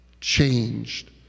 changed